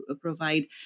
provide